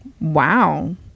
Wow